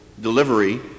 delivery